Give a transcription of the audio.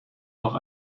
noch